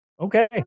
Okay